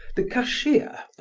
the cashier,